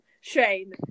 Shane